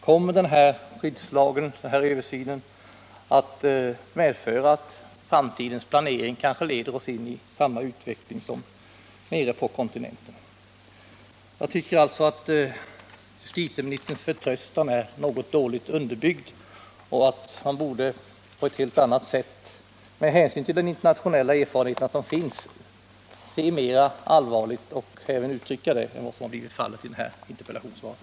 Kommer skyddslagen och översynen att medföra att framtidens planering leder oss in i samma utveckling som nere på kontinenten? Jag tycker alltså att justitieministerns förtröstan är dåligt underbyggd och att han borde på ett helt annat sätt, med hänsyn till de internationella erfarenheter som finns, se mer allvarligt på frågan och även uttrycka det på ett annat sätt än vad som har blivit fallet i interpellationssvaret.